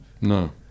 No